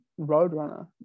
Roadrunner